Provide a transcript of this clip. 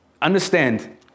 understand